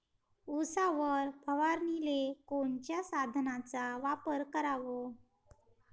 उसावर फवारनीले कोनच्या साधनाचा वापर कराव?